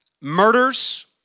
murders